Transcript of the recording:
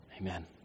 Amen